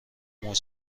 موج